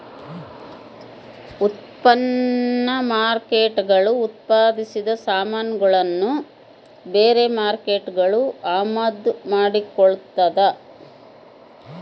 ಉತ್ಪನ್ನ ಮಾರ್ಕೇಟ್ಗುಳು ಉತ್ಪಾದಿಸಿದ ಸಾಮಾನುಗುಳ್ನ ಬೇರೆ ಮಾರ್ಕೇಟ್ಗುಳು ಅಮಾದು ಮಾಡಿಕೊಳ್ತದ